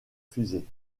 fusée